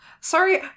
Sorry